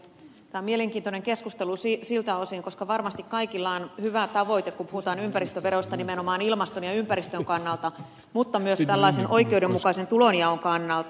tämä on mielenkiintoinen keskustelu siltä osin koska varmasti kaikilla on hyvä tavoite kun puhutaan ympäristöveroista nimenomaan ilmaston ja ympäristön kannalta mutta myös tällaisen oikeudenmukaisen tulonjaon kannalta